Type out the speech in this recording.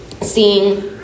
seeing